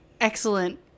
excellent